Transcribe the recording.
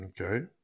Okay